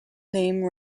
name